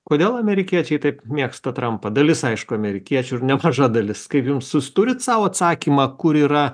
kodėl amerikiečiai taip mėgsta trampą dalis aišku amerikiečių ir nemaža dalis kaip jums turit sau atsakymą kur yra